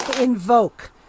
invoke